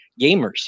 gamers